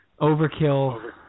Overkill